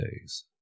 days